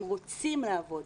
הם רוצים לעבוד.